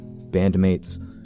bandmates